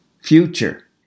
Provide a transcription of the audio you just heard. future